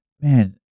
Man